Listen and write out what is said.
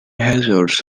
hazards